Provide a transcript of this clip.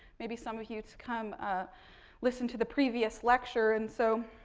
maybe some of you, to come ah listen to the previous lecture. and so,